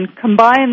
combine